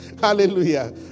Hallelujah